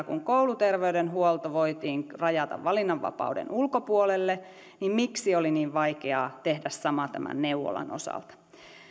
kun kouluterveydenhuolto voitiin rajata valinnanvapauden ulkopuolelle miksi oli niin vaikeaa tehdä sama neuvolan osalta